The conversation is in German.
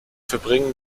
verbringen